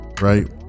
right